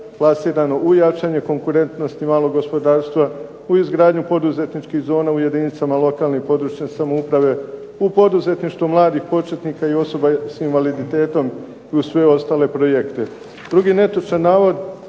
plasirano u jačanje konkurentnosti malog gospodarstva u izgradnju poduzetničkih zona u jedinicama lokalne i područne samouprave, u poduzetništvu mladih početnika i osoba s invaliditetom i sve ostale projekte. Drugi netočan navod,